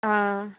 ஆ